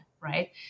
Right